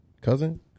Cousin